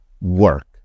work